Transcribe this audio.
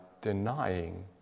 denying